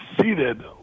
seated